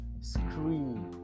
scream